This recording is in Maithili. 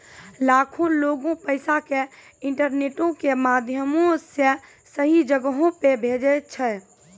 लाखो लोगें पैसा के इंटरनेटो के माध्यमो से सही जगहो पे भेजै छै